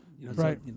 Right